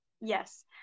yes